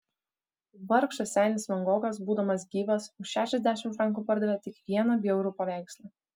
vargšas senis van gogas būdamas gyvas už šešiasdešimt frankų pardavė tik vieną bjaurų paveikslą